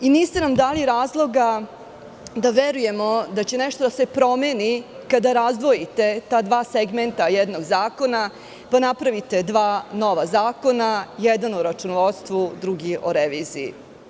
Niste nam dali razloga da verujemo da će nešto da se promeni kada razdvojite ta dva segmenta jednog zakona, pa napravite dva nova zakona: jedan od računovodstvu, drugi o reviziji.